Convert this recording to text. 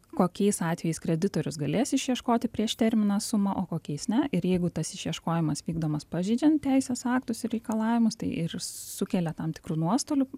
kokiais atvejais kreditorius galės išieškoti prieš terminą sumą o kokiais ne ir jeigu tas išieškojimas vykdomas pažeidžiant teisės aktus ir reikalavimus tai ir sukelia tam tikrų nuostolių